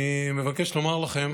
אני מבקש לומר לכם,